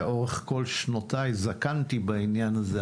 לאורך כל שנותיי זקנתי בעניין הזה,